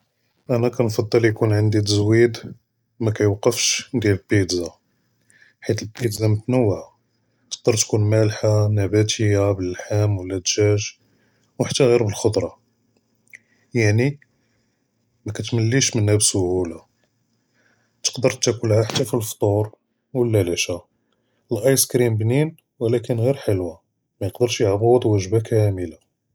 אני כנג׳בּל תכון ענדי תזוויד מכיוכ’פיש דיאל ביצה חית אלביצה מוטנאוה תقدر תכון מאלחה נבטיה בלהם ולא דג’אג’ וחתא ג’יר בלהחקדר, יעני מקתמלש מינא בקלווה, תقدر תכל לה חתה פי אלפתור ולא אלעשא. האיסקרים בנין ולקין ג’יר חלוה, מייקדרש יעוז ווג’בה כמלה.